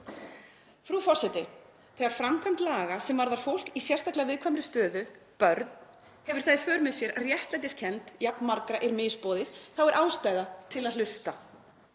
„Frú forseti. Þegar framkvæmd laga sem varðar fólk í sérstaklega viðkvæmri stöðu, börn, hefur það í för með sér að réttlætiskennd jafn margra er misboðið, þá er ástæða til að hlusta.